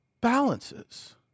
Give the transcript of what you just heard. balances